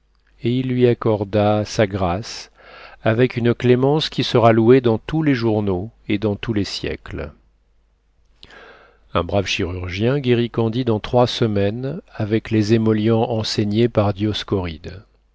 et il lui accorda sa grâce avec une clémence qui sera louée dans tous les journaux et dans tous les siècles un brave chirurgien guérit candide en trois semaines avec les émollients enseignés par